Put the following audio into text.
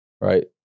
Right